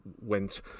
went